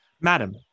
Madam